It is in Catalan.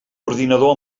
ordinador